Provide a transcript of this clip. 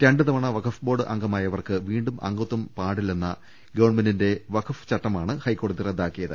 രണ്ടുതവണ വഖഫ് ബോർഡ് അംഗമായവർക്ക് വീണ്ടും അംഗത്വം പാടില്ലെന്ന ഗവൺമെന്റിന്റെ വഖഫ് ചട്ടമാണ് ഹൈക്കോടതി റദ്ദാ ക്കിയത്